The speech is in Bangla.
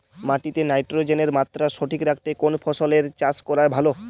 মাটিতে নাইট্রোজেনের মাত্রা সঠিক রাখতে কোন ফসলের চাষ করা ভালো?